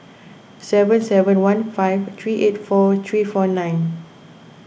seven seven one five three eight four three four nine